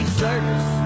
service